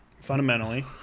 fundamentally